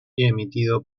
emitido